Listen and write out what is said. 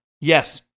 Yes